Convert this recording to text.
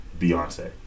Beyonce